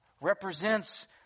represents